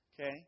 Okay